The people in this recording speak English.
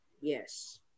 Yes